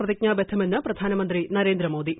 പ്രതിജ്ഞാബദ്ധമെന്ന് പ്രധാനമന്ത്രി നരേന്ദ്രമോദി